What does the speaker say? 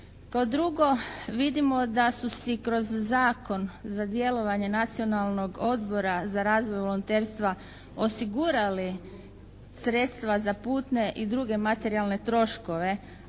Ka drugo vidimo da su si kroz Zakon za djelovanje nacionalnog odbora za razvoj volonterstva osigurali sredstva za putne i druge materijalne troškove.